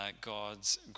God's